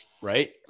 Right